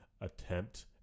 attempt